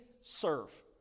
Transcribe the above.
serve